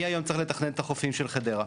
אני היום צריך לתכנן את החופים של חדרה,